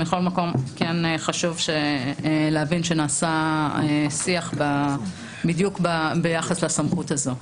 מכל מקום כן חשוב להבין שנעשה שיח בדיוק ביחס לסמכות הזאת.